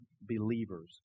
believers